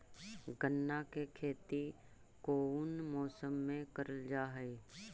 गन्ना के खेती कोउन मौसम मे करल जा हई?